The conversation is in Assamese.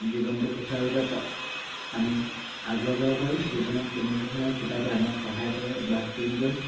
জীৱনটো সুচাৰুৰূপে আমি আগুৱাই যাব পাৰোঁ জীৱনত কেনেধৰণৰ কিতাপে আমাক সহায় কৰে বা কোনজন